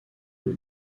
aux